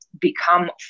become